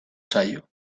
zaio